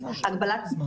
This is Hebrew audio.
אין סיבה לנסיגה.